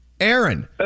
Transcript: Aaron